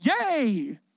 yay